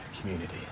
community